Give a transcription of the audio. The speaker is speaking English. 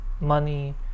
money